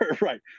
right